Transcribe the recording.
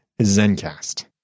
Zencast